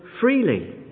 freely